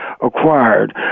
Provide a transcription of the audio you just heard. acquired